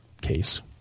case